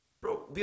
Bro